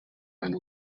and